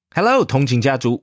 Hello,同情家族